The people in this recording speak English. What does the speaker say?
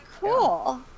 cool